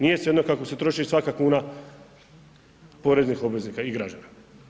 Nije svejedno kako se troši svaka kuna poreznih obveznika i građana.